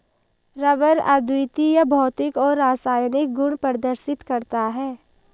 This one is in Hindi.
रबर अद्वितीय भौतिक और रासायनिक गुण प्रदर्शित करता है